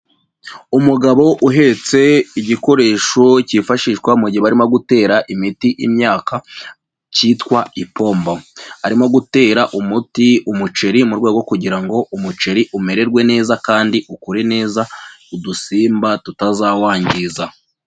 Umugabo uhetse igikoresho kifashishwa mu gihe barimo gutera imiti imyaka kitwa ipombo, arimo gutera umuti umuceri mu rwego kugira ngo umuceri umererwe neza kandi ukure neza udusimba tutazawangiza.